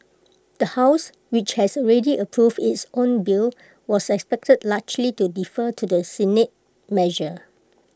the house which has already approved its own bill was expected largely to defer to the Senate measure